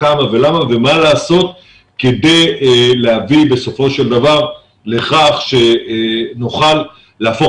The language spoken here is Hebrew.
כמה ולמה ומה לעשות כדי להביא בסופו של דבר לכך שנוכל להפוך